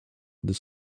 this